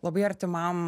labai artimam